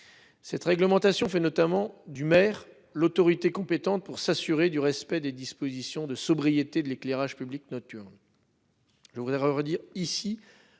Cette réglementation fait notamment du maire l'autorité compétente pour s'assurer du respect des dispositions de sobriété, de l'éclairage public nocturne. Je voudrais redire ici